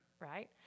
Right